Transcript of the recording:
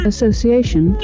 Association